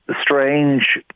strange